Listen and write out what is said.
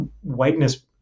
whiteness